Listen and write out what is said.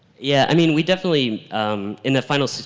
yeah, i mean we definitely in the final, so